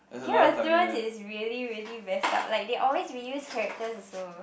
Game-of-Thrones is really really messed up like they always reuse characters also